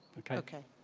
okay.